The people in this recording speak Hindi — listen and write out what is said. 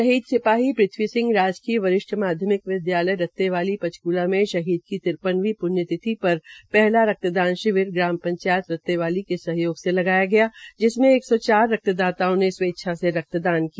शहीद सिपाही प्रथवी सिंह राजकीय वरिष्ठ माध्यमिक विदयालय रत्तेवाली पंचक्ला में शहीद की तिरपनवी प्ण्यतिथि पर पहला रक्तदान शिविर ग्राम पंचायत रत्तेवाली के सहयोग से लगाया गया जिसमें एक सौ चार रक्तदाताओं ने स्वेच्छा से रक्तदान किया